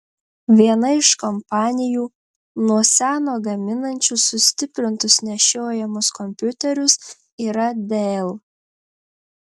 viena iš kompanijų nuo seno gaminančių sustiprintus nešiojamus kompiuterius yra dell